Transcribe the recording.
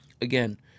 Again